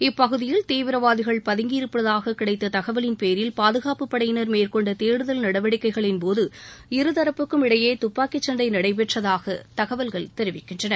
இப்பகுதியில் தீவிரவாதிகள் பதங்கியிருப்பதாக கிடைத்த தகவலின் பேரில் பாதுகாப்பு படையினர் மேற்கொண்ட தேடுதல் நடவடிக்கைகளின் போது இரு தரப்புக்கும் இடையே துப்பாக்கிச்சண்டை நடைபெற்றதாக தகவல்கள் தெரிவிக்கின்றன